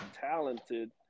talented